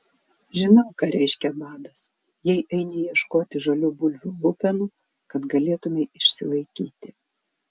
žinau ką reiškia badas jei eini ieškoti žalių bulvių lupenų kad galėtumei išsilaikyti